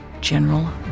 General